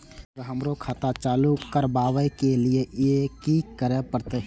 Sir हमरो खाता चालू करबाबे के ली ये की करें परते?